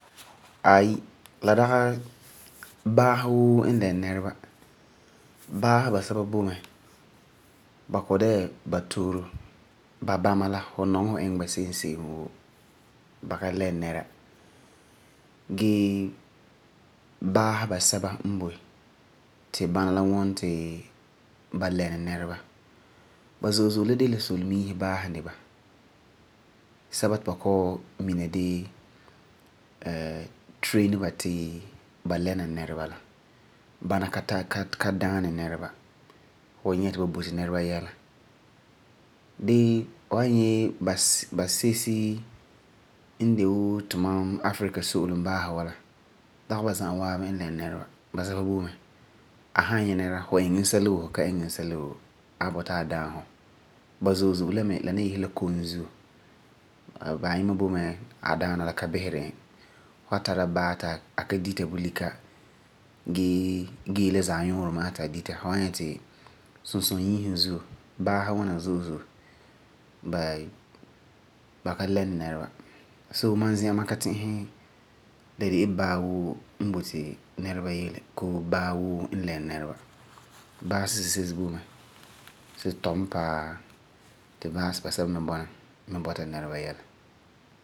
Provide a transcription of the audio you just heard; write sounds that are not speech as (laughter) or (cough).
Aayi la dagi baasi woo n leni nɛreba. Baasi basɛba bo me, ba kɔ'ɔm dɛna la batooro. Babana la fu nɔŋɛ fu iŋɛ ba se'em se'em woo, ba ka leni nɛra gee baasi ba sɛba n boi lɛna nɛreba. Ba zo'e zo'e la de la solemiisi baasi n de ba. Sɛba ti ba kɔ'ɔm mina (hesitation) gee train ba ti ba lɛna nɛreba, bana ka daanɛ nɛreba. Dee fu san nyɛ basesi n de wuu tumam Africa so'olum baasi wa la, ba san nyɛ, ba iŋɛ sɛla woo ba ka iŋɛ woo ba wan bɔta ti ba daam ba. Ba zo'e zo'e mi yese la kom zuo, a yima boi mɛ a daana la ka biseri e. fu san tara baa ti a ka dita bulika gee gee la zaanuurɛ ma'a ti a dita fu wan nyɛ ri sunsunyiisum zuo ba lɛna nɛreba. Bala ma zi'an, la dagi baa woo n boi nɛreba yɛla bii la dagi baa woo n lɛni nɛreba. Baasi sisesi boi me si tu mi paa, ti baasi ba sɛba mi bɔna mi bɔta nɛreba yɛla.